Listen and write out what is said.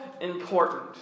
important